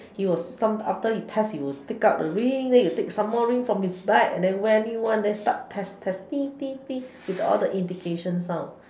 he was some after he test he will take out the ring then he will take some more ring from his bag and then wear new one then start test testing with all the indication sound